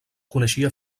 coneixia